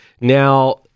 Now